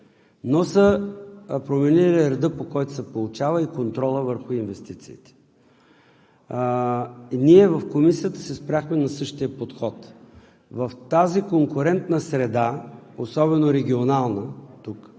но са променили реда, по който се получава, и контрола върху инвестициите. Ние в Комисията се спряхме на същия подход. В тази конкурентна среда, особено регионална – тук,